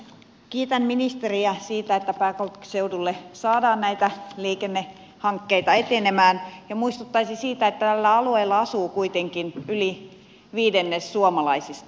kiitän ministeriä siitä että pääkaupunkiseudulla saadaan näitä liikennehankkeita etenemään ja muistuttaisin siitä että tällä alueella asuu kuitenkin yli viidennes suomalaisista